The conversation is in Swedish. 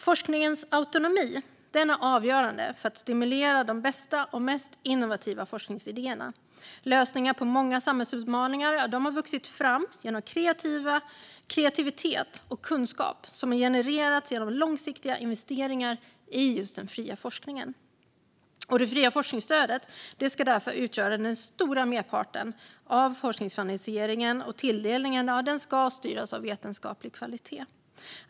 Forskningens autonomi är avgörande för att stimulera de bästa och mest innovativa forskningsidéerna. Lösningar på många samhällsutmaningar har vuxit fram genom kreativitet och kunskap som har genererats genom långsiktiga investeringar i just den fria forskningen. Det fria forskningsstödet ska därför utgöra den stora merparten av forskningsfinansieringen, och tilldelningen ska styras av vetenskaplig kvalitet.